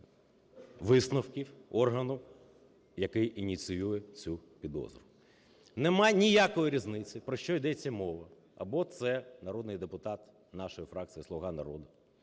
висновків органу, який ініціює цю підозру. Нема ніякої різниці, про що йдеться мова: або це народний депутат нашої фракції "Слуга народу",